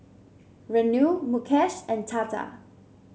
Renu Mukesh and Tata